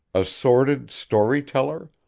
a sordid story-teller,